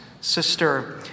sister